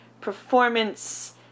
performance